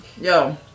Yo